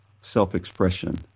self-expression